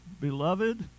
beloved